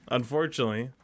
unfortunately